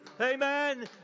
Amen